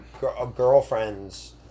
girlfriends